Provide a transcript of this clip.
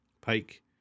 Pike